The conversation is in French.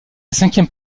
cinquième